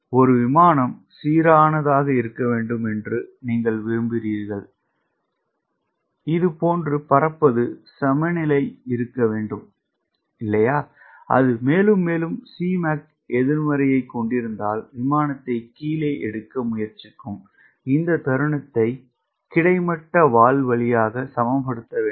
ஒரு விமானம் சீரானதாக இருக்க வேண்டும் என்று நீங்கள் விரும்புகிறீர்கள் இதுபோன்று பறப்பது சமநிலையாக இருக்க வேண்டும் அது மேலும் மேலும் Cmac எதிர்மறையைக் கொண்டிருந்தால் விமானத்தை கீழே எடுக்க முயற்சிக்கும் இந்த தருணத்தை கிடைமட்ட வால் வழியாக சமப்படுத்த வேண்டும்